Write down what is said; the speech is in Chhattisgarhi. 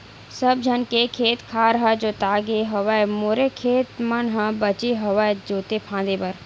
सब झन के खेत खार ह जोतागे हवय मोरे खेत मन ह बचगे हवय जोते फांदे बर